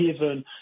given